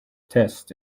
test